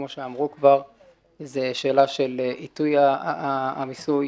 זה שאלה של עיתוי המיסוי.